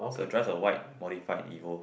so drives a white Modified Evo